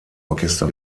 orchester